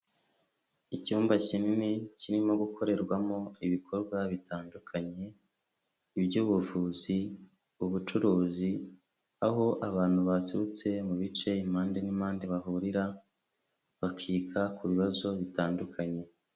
Icyumba kinini kirimo gukorerwamo ibikorwa bitandukanye; iby'ubuvuzi, ubucuruzi aho abantu baturutse mu bice impande n'impande bahurira, bakiga ku bibazo bitandukanye.